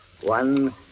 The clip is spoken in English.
One